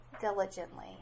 diligently